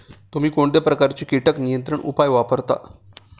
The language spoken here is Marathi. तुम्ही कोणत्या प्रकारचे कीटक नियंत्रण उपाय वापरता?